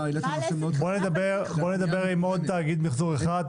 --- בוא נדבר עם עוד תאגיד מיחזור אחד,